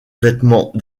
vêtement